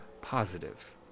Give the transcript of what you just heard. positive